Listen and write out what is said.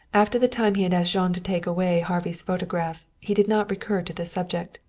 after the time he had asked jean to take away harvey's photograph he did not recur to the subject,